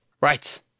right